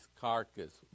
carcass